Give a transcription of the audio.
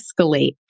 escalate